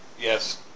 Yes